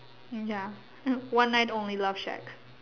ya one night only love shack